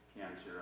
cancer